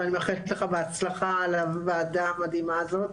ואני מאחלת לך הצלחה בוועדה המדהימה הזאת,